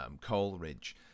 Coleridge